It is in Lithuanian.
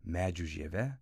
medžių žieve